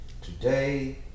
Today